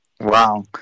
Wow